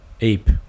ape